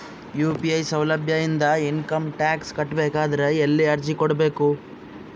UPI ಸೌಲಭ್ಯ ಇಂದ income tax ಕಟ್ಟಬೇಕಾದರ ಎಲ್ಲಿ ಅರ್ಜಿ ಕೊಡಬೇಕು?